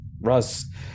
Russ